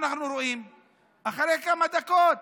אחרי כמה דקות